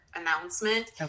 announcement